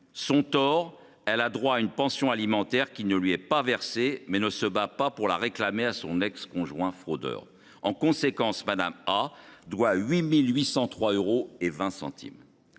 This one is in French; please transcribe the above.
Son tort ? Elle a droit à une pension alimentaire qui ne lui est pas versée, mais elle ne se bat pas pour la réclamer à son ex conjoint fraudeur. En conséquence, Mme A doit 8 803,20 euros ! Le groupe